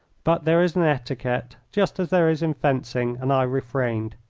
but there is an etiquette just as there is in fencing, and i refrained.